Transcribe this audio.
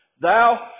Thou